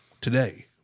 today